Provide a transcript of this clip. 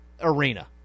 arena